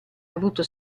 avuto